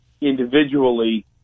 individually